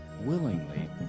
willingly